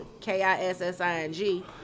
K-I-S-S-I-N-G